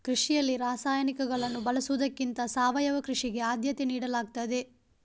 ಕೃಷಿಯಲ್ಲಿ ರಾಸಾಯನಿಕಗಳನ್ನು ಬಳಸುವುದಕ್ಕಿಂತ ಸಾವಯವ ಕೃಷಿಗೆ ಆದ್ಯತೆ ನೀಡಲಾಗ್ತದೆ